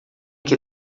que